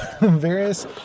various